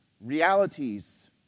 realities